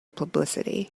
publicity